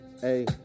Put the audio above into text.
hey